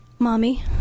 Mommy